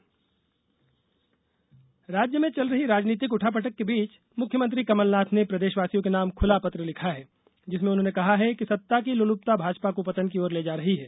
प्रदेश राजनीति राज्य में चल रही राजनीतिक उठापटक के बीच मुख्यमंत्री कमलनाथ ने प्रदेशवासियों के नाम खुला पत्र लिखा है जिसमें उन्होंने कहा है कि सत्ता की लोलपता भाजपा को पतन की ओर ले जा रही है